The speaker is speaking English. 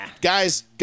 guys